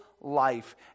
life